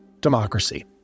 democracy